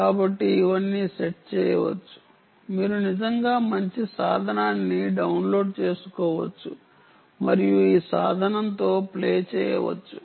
కాబట్టి ఇవన్నీ సెట్ చేయవచ్చు మీరు నిజంగా మంచి సాధనాన్ని డౌన్లోడ్ చేసుకోవచ్చు మరియు ఈ సాధనంతో ప్లే చేయవచ్చు